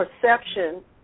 perception